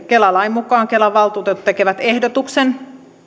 kela lain mukaan kelan valtuutetut tekevät ehdotuksen